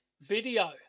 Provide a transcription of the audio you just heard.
video